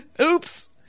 Oops